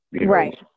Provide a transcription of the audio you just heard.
right